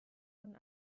von